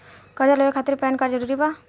कर्जा लेवे खातिर पैन कार्ड जरूरी बा?